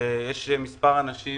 יש מספר אנשים